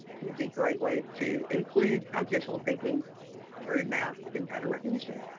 would be great ways to include computational thinking through math and pattern recognition.